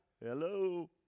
hello